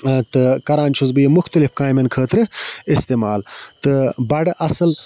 تہٕ کَران چھُس بہٕ یہِ مُختلِف کامٮ۪ن خٲطرٕ استعمال تہٕ بَڑٕ اَصٕل